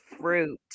fruit